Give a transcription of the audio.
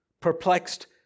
Perplexed